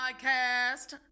podcast